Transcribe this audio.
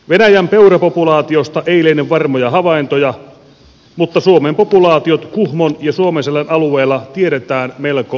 venäjän peurapopulaatiosta ei liene varmoja havaintoja mutta suomen populaatiot kuhmon ja suomenselän alueilla tiedetään melko tarkasti